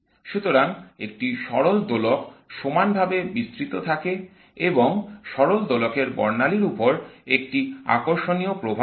সুতরাং একটি সরল দোলক সমানভাবে বিস্তৃত থাকে এবং সরল দোলকের বর্ণালী উপর এর একটি আকর্ষণীয় প্রভাব আছে